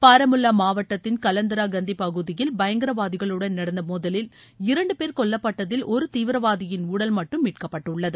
பாரமுல்லா மாவட்டத்தின் கலந்தரா கந்திப்பகுதியில் பயங்கரவாதிகளுடன் நடந்த மோதலில் இரண்டு பேர் கொல்லப்பட்டதில் ஒரு தீவிரவாதியின் உடல் மட்டும் மீட்கப்பட்டுள்ளது